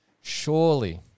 surely